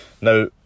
Now